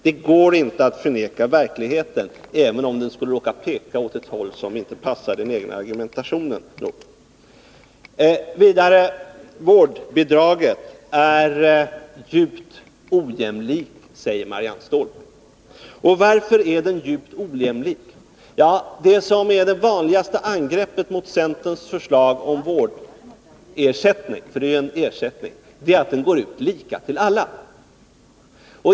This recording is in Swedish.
Det går inte att förneka verkligheten, även om den skulle råka peka åt ett håll som inte passar den egna argumentationen. Vidare är vårdnadsbidragen djupt ojämlika, säger Marianne Stålberg. Varför är de djupt ojämlika? Det vanligaste angreppet mot centerns förslag om vårdersättning — det är ju fråga om en ersättning — är att den utgår lika för alla.